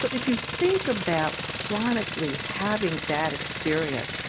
so if you think about chronically having that experience,